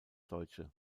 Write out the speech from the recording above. deutsche